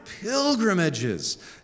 pilgrimages